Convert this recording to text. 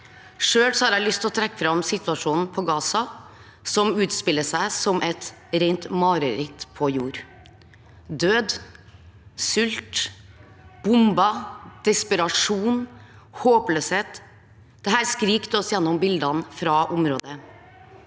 Selv har jeg lyst til å trekke fram situasjonen i Gaza, som utspiller seg som et rent mareritt på jord. Død, sult, bomber, desperasjon og håpløshet – dette skriker til oss gjennom bildene fra området.